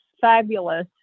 fabulous